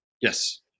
Yes